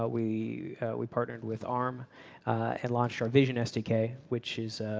ah we we partnered with arm and launched our vision sdk, which is,